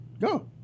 go